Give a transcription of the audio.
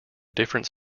different